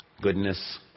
goodness